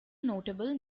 notable